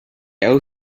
owe